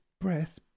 breath